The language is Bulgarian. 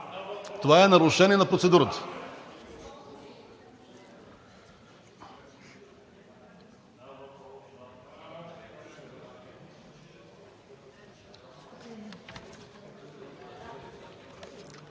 Това е нарушение на процедурата.